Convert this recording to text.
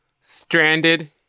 stranded